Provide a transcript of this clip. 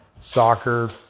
soccer